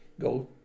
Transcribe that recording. go